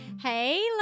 Hey